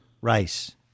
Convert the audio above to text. Rice